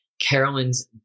carolyn's